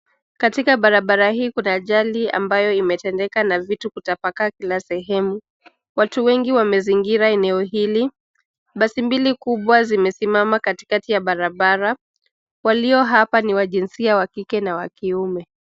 Katika barabara hii kuna ajali ambayo imetendeka na vitu kutapakaa kila sehemu, watu wengi wamezingira eneo hili, basi mbili kubwa zimesimama katikati ya barabara, walio hapa ni wa jinsia wa kike na wa kiume.